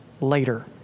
later